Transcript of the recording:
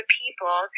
people